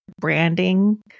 branding